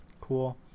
cool